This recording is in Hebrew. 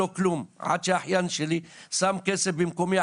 עד שהאחיין שלי שם כסף במקומי,